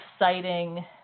exciting